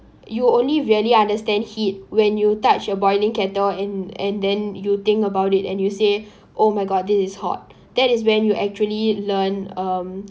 you only really understand heat when you touch a boiling kettle and and then you think about it and you say oh my god this is hot that is when you actually learn um